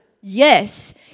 Yes